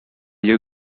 you